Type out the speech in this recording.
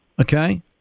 Okay